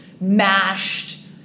mashed